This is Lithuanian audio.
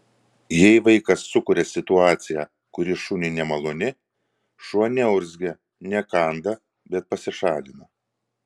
jei vaikas sukuria situaciją kuri šuniui nemaloni šuo neurzgia nekanda bet pasišalina